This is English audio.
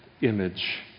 image